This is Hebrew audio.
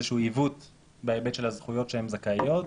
שהוא עיוות בהיבט של הזכויות שהן זכאיות.